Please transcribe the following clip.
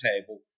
table